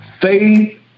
Faith